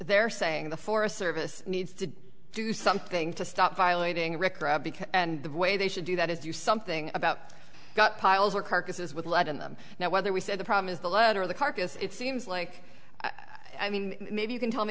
they're saying the forest service needs to do something to stop violating rick because and the way they should do that is do something about got piles or carcasses with lead in them now whether we said the problem is the letter of the carcass it seems like i mean maybe you can tell me